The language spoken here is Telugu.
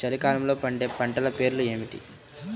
చలికాలంలో పండే పంటల పేర్లు ఏమిటీ?